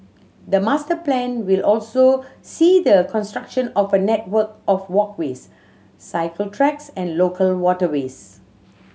the master plan will also see the construction of a network of walkways cycle tracks and local waterways